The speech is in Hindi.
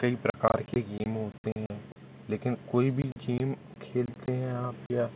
कई प्रकार के गेम होते हैं लेकिन कोई भी गेम खेलते हैं आप या